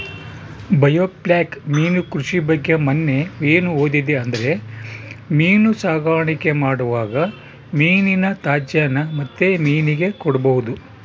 biofloc ಮೀನು ಕೃಷಿ ಬಗ್ಗೆ ಮನ್ನೆ ಏನು ಓದಿದೆ ಅಂದ್ರೆ ಮೀನು ಸಾಕಾಣಿಕೆ ಮಾಡುವಾಗ ಮೀನಿನ ತ್ಯಾಜ್ಯನ ಮತ್ತೆ ಮೀನಿಗೆ ಕೊಡಬಹುದು